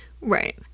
Right